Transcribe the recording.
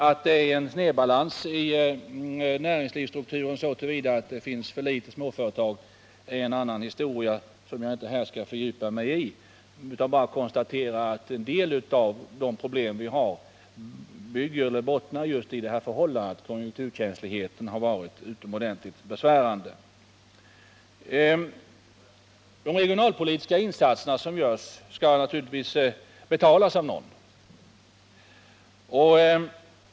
Att det finns en snedbalans i näringslivet så till vida att vi har för få småföretag är en annan historia, som jag inte här skall fördjupa mig i. Jag vill bara konstatera att en del av de problem vi har bottnar i det här förhållandet: konjunkturkänsligheten har varit utomordentligt besvärande. De regionalpolitiska insatser som görs skall naturligtvis betalas av någon.